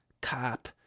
cop